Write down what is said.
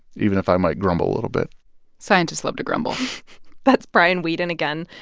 even if i might grumble a little bit scientists love to grumble that's brian weeden again.